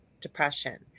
depression